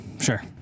sure